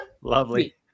Lovely